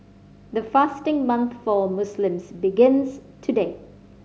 the fasting month for Muslims begins today